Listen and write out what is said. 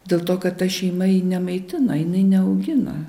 dėl to kad ta šeima jai nemaitino jinai neaugina